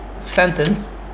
sentence